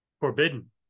Forbidden